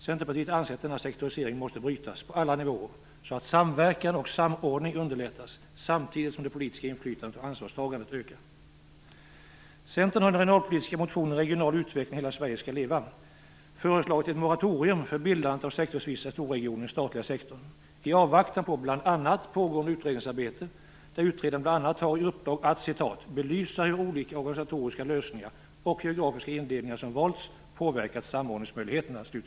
Centerpartiet anser att denna sektorisering måste brytas på alla nivåer så att samverkan och samordning underlättas samtidigt som det politiska inflytandet och ansvarstagandet ökar. Centern har i den regionalpolitiska motionen Regional utveckling - Hela Sverige skall leva föreslagit ett moratorium för bildandet av sektorsvisa storregioner i den statliga sektorn i avvaktan på bl.a. pågående utredningsarbete där utredarna bl.a. har i uppdrag att "belysa hur olika organisatoriska lösningar och geografiska indelningar som valts, påverkat samordningsmöjligheterna".